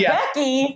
Becky